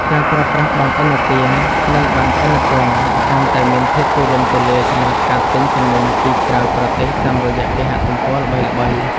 ការប្រើប្រាស់ប័ណ្ណឥណទាន និងប័ណ្ណឥណពន្ធកាន់តែមានភាពទូលំទូលាយសម្រាប់ការទិញទំនិញពីក្រៅប្រទេសតាមរយៈគេហទំព័រល្បីៗ។